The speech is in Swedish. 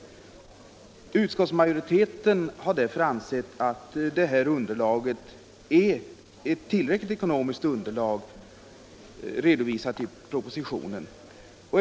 Utskottsmajoriteten har därför ansett att det underlag som redovisas i propositionen är ett tillräckligt ekonomiskt underlag.